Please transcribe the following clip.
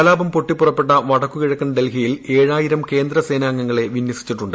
കലാപം പ്പിട്ടിപ്പുറപ്പെട്ട വടക്കു കിഴക്കൻ ഡൽഹിയിൽ ഏഴായിരം കേന്ദ്ര സേനാംഗ്ദങ്ങളെ വിന്യസിച്ചിട്ടുണ്ട്